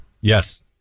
Yes